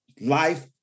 Life